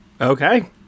Okay